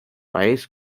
país